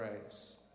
grace